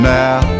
now